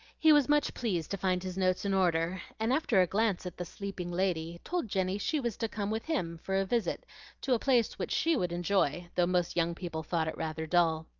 he was much pleased to find his notes in order, and after a glance at the sleeping lady, told jenny she was to come with him for a visit to a place which she would enjoy, though most young people thought it rather dull.